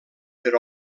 per